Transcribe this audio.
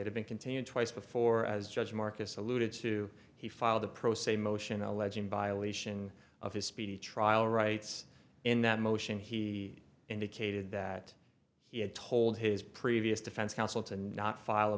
to continue twice before as judge marcus alluded to he filed the pro se motion alleging violation of his speedy trial rights in that motion he indicated that he had told his previous defense counsel to not file a